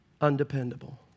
undependable